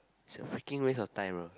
it's freaking waste of time